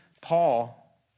Paul